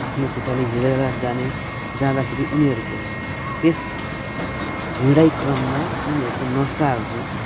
आफ्नो खुट्टाले हिँडेर जाने जाँदाखेरि उनीहरको त्यस हिँडाई क्रममा उनीहरूको नसाहरू